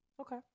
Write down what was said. Okay